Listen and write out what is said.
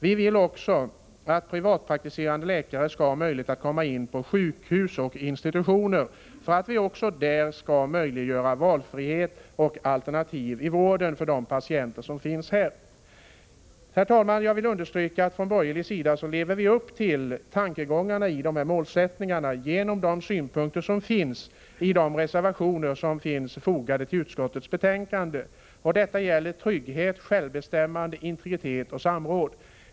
Vi vill också att privatpraktiserande tandläkare skall ha möjlighet att komma in på sjukhus och institutioner för att vi skall möjliggöra valfrihet och alternativ i vården även för de patienter som finns där. Herr talman! Jag vill understryka att vi från borgerlig sida lever upp till tankegångarna i dessa målsättningar genom de synpunkter som finns i de reservationer som är fogade till utskottets betänkande. Det gäller trygghet, självbestämmande, integritet och samråd.